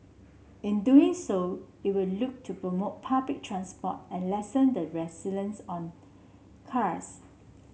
in doing so it will look to promote public transport and lessen the on cars